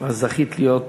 אז זכית להיות.